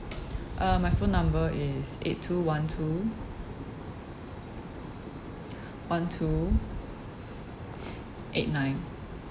uh my phone number is eight two one two one two eight nine